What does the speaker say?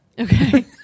Okay